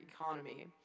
economy